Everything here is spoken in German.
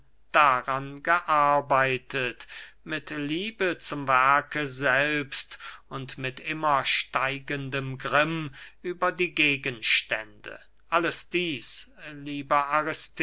daran gearbeitet mit liebe zum werke selbst und mit immer steigendem grimm über die gegenstände alles dieß lieber